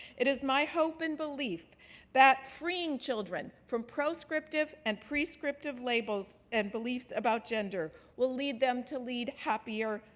it is my hope and belief that freeing children from proscriptive and prescriptive labels and beliefs about gender will lead them to lead happier,